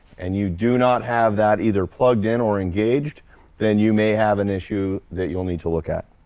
and you do not have that either plugged in or engaged then you may have an issue that you'll need to look at.